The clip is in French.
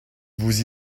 vous